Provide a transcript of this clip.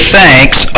thanks